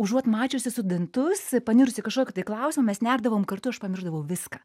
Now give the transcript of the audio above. užuot mačiusi studentus panirus į kažkokį tai klausimą mes nerdavom kartu ir aš pamiršdavau viską